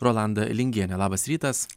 rolanda lingienė labas rytas